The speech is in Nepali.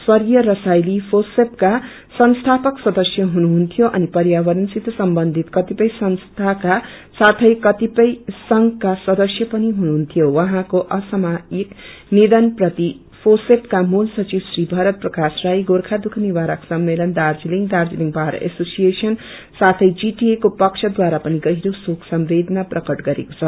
स्वग्रीय रसाईली सेपका संस्थापक सदस्य हुनुहुन्थ्यो अनि प्यावरण सित सम्बन्धित कतिपय संस्थाको साथै कतिपय सदस्य पनि हुनुहुन्थ्यो उहाँको असामायिक निषन प्रति प्रोसेपका मूल सचिव श्री भरत प्रकाश राष्ट्र गोर्खा दुख निवारक सम्मेलन दार्जीलिङ दार्जीलिङ बार एश्रोसिएशन साथै जीटिए को पक्षद्वारा पनि गहिरो शोक सम्वेदना प्रकट गरेको छ